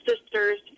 sisters